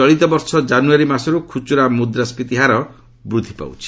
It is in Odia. ଚଳିତ ବର୍ଷ ଜାନୁଆରୀ ମାସରୁ ଖୁଚୁରା ମୁଦ୍ରାସ୍କିତିହାର ବୃଦ୍ଧି ପାଉଛି